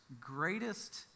greatest